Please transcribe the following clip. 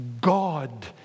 God